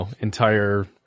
entire